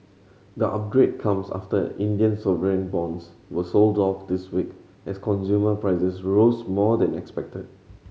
the upgrade comes after Indian sovereign bonds were sold off this week as consumer prices rose more than expected